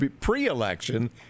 pre-election